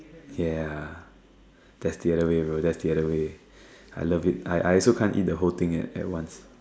ya that's the other way bro that's the other way I love it I I also can't eat the whole thing at once